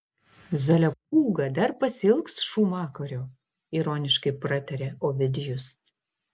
zalepūga dar pasiilgs šūmakario ironiškai pratarė ovidijus